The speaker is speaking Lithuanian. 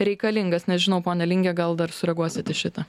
reikalingas nežinau pone linge gal dar sureaguosit į šitą